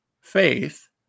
faith